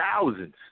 thousands